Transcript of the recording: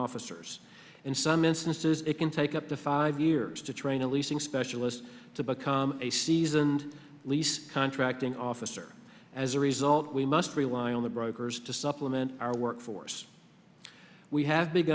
officers in some instances it can take up to five years to train a leasing specialist to become a seasoned least contracting officer as a result we must rely on the brokers to supplement our workforce we have b